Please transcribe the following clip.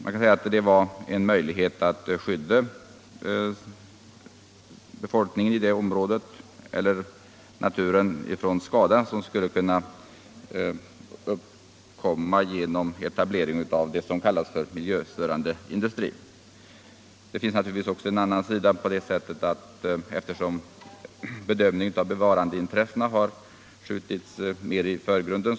Man kan säga att det innebar en möjlighet att skydda befolkningen i området eller naturen från skada som skulle kunna uppkomma genom etableringen av vad som kallas miljöstörande industri. Det finns naturligtvis också en annan sida av saken. Bevarandeintressena har skjutits mer i förgrunden.